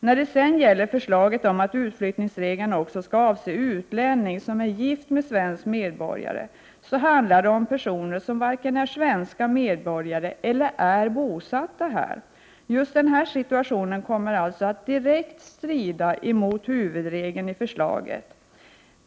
När det sedan gäller förslaget att utflyttningsregeln också skall avse utlänning som är gift med svensk medborgare, så handlar det om personer som varken är svenska medborgare eller är bosatta här. Just denna situation kommer alltså att direkt strida mot huvudregeln i förslaget.